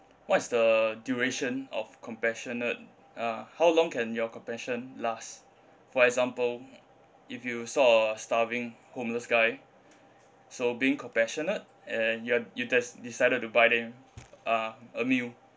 what is the duration of compassionate uh how long can your compassion last for example if you saw a starving homeless guy so being compassionate and you are you just decided to buy them uh a meal